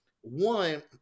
One